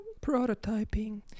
Prototyping